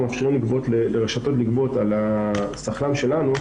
מאפשרים לרשתות לגבות על השכל"מ שלנו,